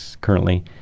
currently